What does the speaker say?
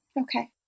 Okay